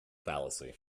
fallacy